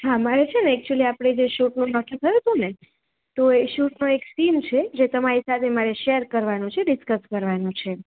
હા મારે છે ને એકચીયુલી આપણે જે શૂટનું નક્કી કર્યુ તો ને તો એ શૂટનો એક સીન છે જે તમારી સાથે મારે શેર કરવાનો છે ડિસકસ કરવાનો છે